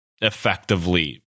effectively